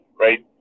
right